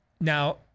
now